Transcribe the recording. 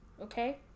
okay